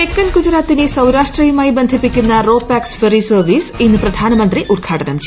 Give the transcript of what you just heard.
തെക്കൻ ഗുജറാത്തിനെ സൌരാഷ്ട്രയുമായി ന് ബന്ധിപ്പിക്കുന്ന റോ പാക്സ് ഫെറി സർവ്വീസ് ഇന്ന് പ്രധാനമന്ത്രി ഉദ്ഘാടനം ചെയ്യും